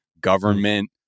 government